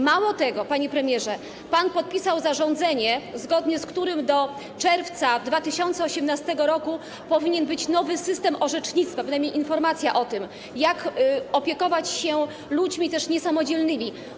Mało tego, panie premierze, pan podpisał zarządzenie, zgodnie z którym do czerwca 2018 r. powinien być nowy system orzecznictwa, a przynajmniej informacja o tym, jak opiekować się ludźmi niesamodzielnymi.